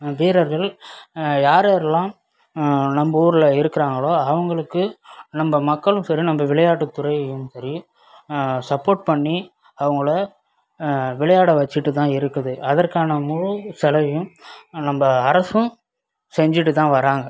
வீரர்கள் யார்யாரெல்லாம் நம் ஊரில் இருக்கிறாங்களோ அவர்களுக்கு நம் மக்களும் சரி நம் விளையாட்டுத்துறையும் சரி சப்போர்ட் பண்ணி அவர்களை விளையாட வச்சுட்டுதான் இருக்குது அதற்கான முழு செலவையும் நம்ப அரசும் செஞ்சுட்டு தான் வராங்க